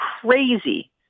crazy